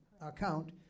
account